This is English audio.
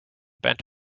bent